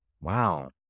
Wow